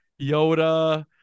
Yoda